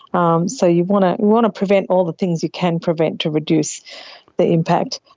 um so you want to want to prevent all the things you can prevent to reduce the impact.